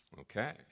Okay